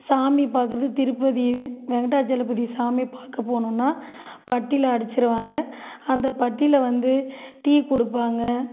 சாமி பார்க்கறது திருப்பதி வெங்கடாஜலபதி சாமி பார்க்கப் போகணுன்னா பட்டியில அடிச்சிருவாங்க அந்த பட்டியில வந்து டீ கொடுப்பாங்க